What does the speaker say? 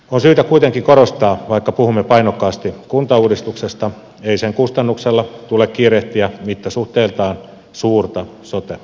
on syytä kuitenkin korostaa että vaikka puhumme painokkaasti kuntauudistuksesta ei sen kustannuksella tule kiirehtiä mittasuhteiltaan suurta sote uudistusta